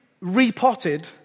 repotted